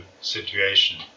situation